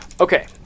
Okay